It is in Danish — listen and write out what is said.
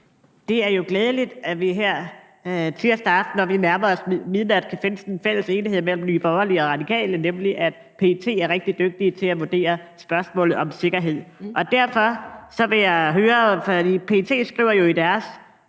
Det er jo glædeligt, at vi her nu, hvor vi nærmer os midnat, kan finde en fælles enighed mellem Nye Borgerlige og Radikale, nemlig om, at PET er rigtig dygtige til at vurdere spørgsmålet om sikkerhed. Derfor vil jeg høre om noget andet. PET skriver jo i deres